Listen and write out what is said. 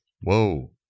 Whoa